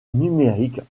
numériques